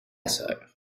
sœur